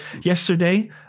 yesterday